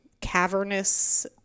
cavernous